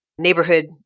neighborhood